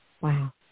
wow